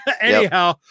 anyhow